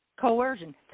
coercion